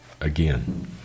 again